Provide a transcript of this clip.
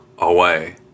Away